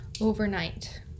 overnight